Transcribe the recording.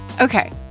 Okay